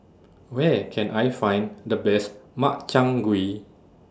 Where Can I Find The Best Makchang Gui